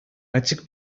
açık